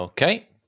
Okay